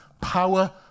power